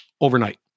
overnight